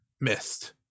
missed